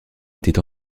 était